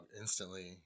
instantly